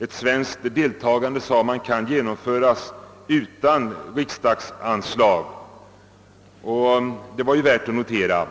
Ett svenskt deltagande, sade man, kan genomföras utan riksdagsanslag. Detta uttalande var ju värt att notera.